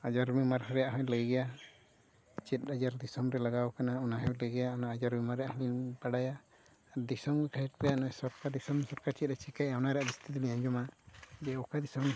ᱟᱡᱟᱨ ᱵᱤᱢᱟᱨ ᱨᱮᱭᱟᱜ ᱦᱚᱸᱭ ᱞᱟᱹᱭ ᱜᱮᱭᱟ ᱪᱮᱫ ᱟᱡᱟᱨ ᱫᱤᱥᱚᱢ ᱨᱮ ᱞᱟᱜᱟᱣ ᱠᱟᱱᱟ ᱚᱱᱟ ᱦᱚᱸᱭ ᱞᱟᱹᱭ ᱜᱮᱭᱟ ᱚᱱᱟ ᱟᱡᱟᱨ ᱵᱤᱢᱟᱨ ᱨᱮᱭᱟᱜ ᱦᱚᱸᱵᱤᱱ ᱵᱟᱲᱟᱭᱟ ᱫᱤᱥᱚᱢ ᱯᱷᱮᱰ ᱨᱮᱭᱟᱜ ᱱᱩᱭ ᱥᱚᱨᱠᱟᱨ ᱫᱤᱥᱚᱢ ᱥᱚᱨᱠᱟᱨ ᱪᱮᱫ ᱮ ᱪᱤᱠᱟᱹᱭᱮᱜᱼᱟ ᱚᱱᱟ ᱨᱮᱭᱟᱜ ᱡᱟᱹᱥᱛᱤ ᱫᱚᱞᱤᱧ ᱟᱸᱡᱚᱢᱟ ᱡᱮ ᱚᱠᱟ ᱫᱤᱥᱚᱢ